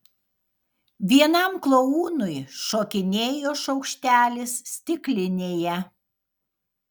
vienam klounui šokinėjo šaukštelis stiklinėje